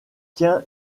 tient